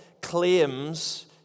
claims